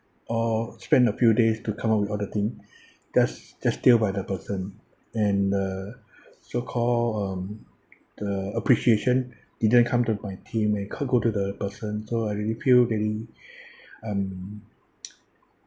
all spend a few days to come up with all the thing just just steal by the person and uh so-called um the appreciation didn't come to my team it co~ go to the person so I really feel really um